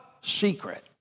secret